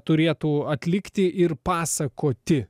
turėtų atlikti ir pasakoti